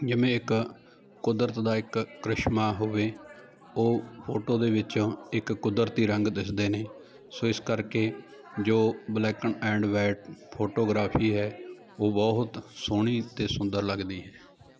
ਜਿਵੇਂ ਇੱਕ ਕੁਦਰਤ ਦਾ ਇੱਕ ਕਰਿਸ਼ਮਾ ਹੋਵੇ ਉਹ ਫੋਟੋ ਦੇ ਵਿੱਚ ਇੱਕ ਕੁਦਰਤੀ ਰੰਗ ਦਿਸਦੇ ਨੇ ਸੋ ਇਸ ਕਰਕੇ ਜੋ ਬਲੈਕ ਐਂਡ ਵੈਟ ਫੋਟੋਗ੍ਰਾਫੀ ਹੈ ਉਹ ਬਹੁਤ ਸੋਹਣੀ ਅਤੇ ਸੁੰਦਰ ਲੱਗਦੀ ਹੈ